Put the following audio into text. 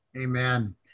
Amen